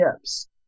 tips